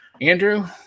Andrew